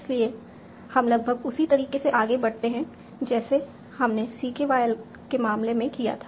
इसलिए हम लगभग उसी तरीके से आगे बढ़ते हैं जैसे हमने CKY के मामले में किया था